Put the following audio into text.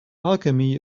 alchemy